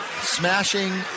smashing